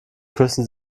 küssen